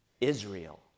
Israel